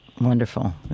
Wonderful